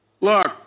Look